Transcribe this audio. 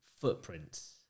footprints